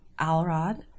alrod